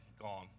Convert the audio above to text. gone